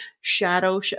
shadow